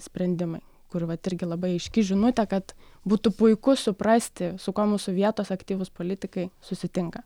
sprendimai kur vat irgi labai aiški žinutė kad būtų puiku suprasti su kuo mūsų vietos aktyvūs politikai susitinka